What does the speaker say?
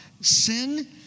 sin